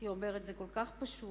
היא אומרת: זה כל כך פשוט,